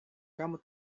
kamu